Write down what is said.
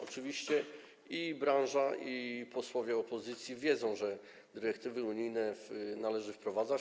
Oczywiście i branża, i posłowie opozycji wiedzą, że dyrektywy unijne należy wprowadzać.